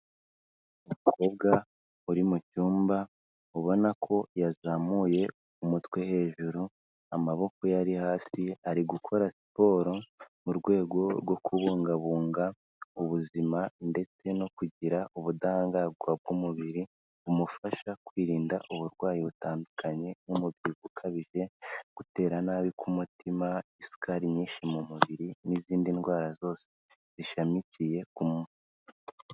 Umukobwa uri mu cyumba ubona ko yazamuye umutwe hejuru, amaboko ye ari hasi, ari gukora siporo mu rwego rwo kubungabunga ubuzima ndetse no kugira ubudahangarwa bw'umubiri, bumufasha kwirinda uburwayi butandukanye, nk'umubyibuho ukabije, gutera nabi ku mutima, isukari nyinshi mu mubiri, n'izindi ndwara zose zishamikiye ku muntu.